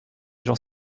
gens